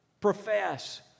profess